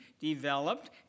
developed